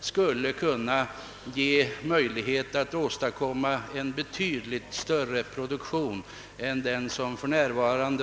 skulle kunna åstadkommas, vilket kunde ge möjlighet till en betydligt större produktion än den nuvarande.